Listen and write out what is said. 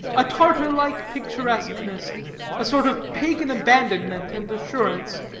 a tartar-like picturesqueness a sort of pagan abandonment and assurance.